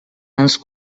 ens